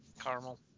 Caramel